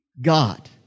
God